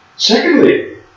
Secondly